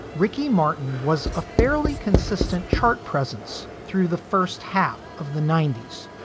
ricky martin was a fairly consistent chart presence through the first half of the ninety s,